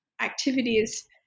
activities